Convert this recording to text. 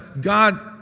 God